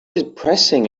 depressing